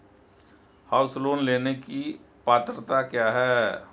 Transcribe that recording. House loan लेने की पात्रता क्या है?